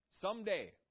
Someday